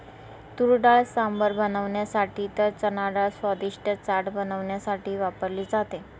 तुरडाळ सांबर बनवण्यासाठी तर चनाडाळ स्वादिष्ट चाट बनवण्यासाठी वापरली जाते